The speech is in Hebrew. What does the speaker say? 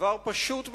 דבר פשוט מאוד,